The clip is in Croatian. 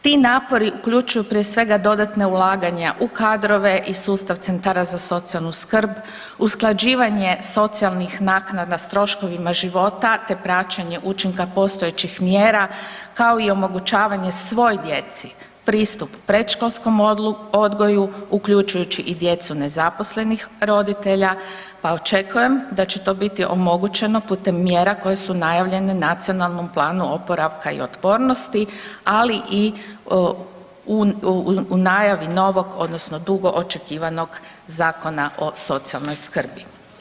Ti napori uključuju prije svega dodatna ulaganja u kadrove i sustav centara za socijalnu skrb, usklađivanje socijalnih naknada s troškovima života te praćenje učinka postojećih mjera kao i omogućavanje svoj djeci pristup predškolskom odgoju, uključujući i djecu nezaposlenih roditelja pa očekujem da će to biti omogućeno putem mjera koje su najavljene u Nacionalnom planu oporavka i otpornosti, ali i u najavi novog odnosno dugo očekivanog Zakona o socijalnoj skrbi.